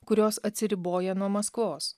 kurios atsiriboja nuo maskvos